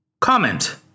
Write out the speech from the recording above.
Comment